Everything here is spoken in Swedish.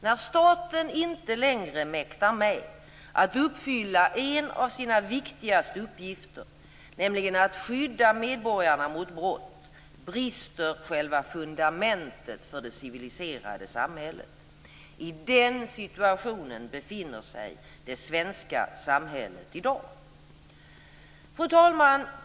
När staten inte längre mäktar med att uppfylla en av sina viktigaste uppgifter, nämligen att skydda medborgarna mot brott, brister själva fundamentet för det civiliserade samhället. I den situationen befinner sig det svenska samhället i dag. Fru talman!